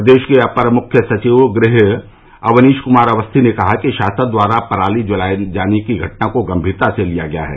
प्रदेश के अपर मुख्य सचिव गृह अवनीश कुमार अवस्थी ने कहा कि शासन द्वारा पराली जलाये जाने को गंभीरता से लिया गया है